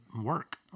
work